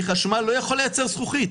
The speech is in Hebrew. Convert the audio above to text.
כי חשמל לא יכול לייצר זכוכית.